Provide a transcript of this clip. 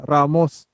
Ramos